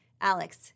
Alex